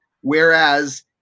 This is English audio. Whereas